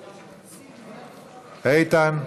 איתן.